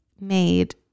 made